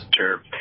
Sure